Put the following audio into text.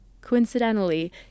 coincidentally